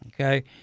okay